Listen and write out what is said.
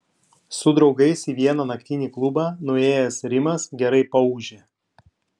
su draugais į vieną naktinį klubą nuėjęs rimas gerai paūžė